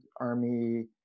army